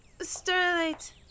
Starlight